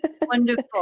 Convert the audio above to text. Wonderful